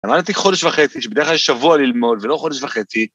אמרתי חודש וחצי, שבדרך כלל יש שבוע ללמוד, ולא חודש וחצי.